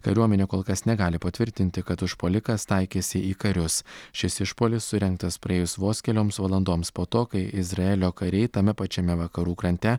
kariuomenė kol kas negali patvirtinti kad užpuolikas taikėsi į karius šis išpuolis surengtas praėjus vos kelioms valandoms po to kai izraelio kariai tame pačiame vakarų krante